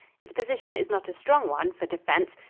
its position is not a strong one for defense,